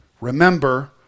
Remember